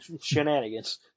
shenanigans